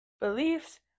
beliefs